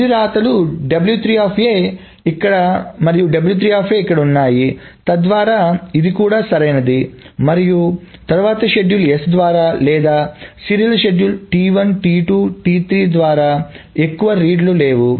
తుది వ్రాతలు ఇక్కడ మరియు ఇక్కడ ఉన్నాయి తద్వారా ఇది కూడా సరైనది మరియు తరువాత షెడ్యూల్ S ద్వారా లేదా సీరియల్ షెడ్యూల్ ద్వారా ఎక్కువ రీడ్లు లేవు